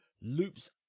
loops